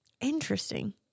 Interesting